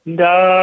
da